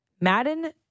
Madden